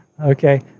Okay